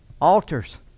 altars